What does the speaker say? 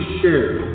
share